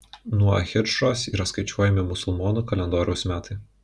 nuo hidžros yra skaičiuojami musulmonų kalendoriaus metai